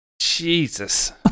Jesus